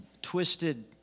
twisted